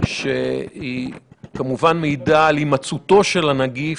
שהיא כמובן מעידה על הימצאותו של הנגיף,